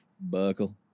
Buckle